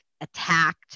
attacked